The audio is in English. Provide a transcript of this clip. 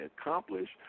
accomplish